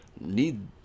need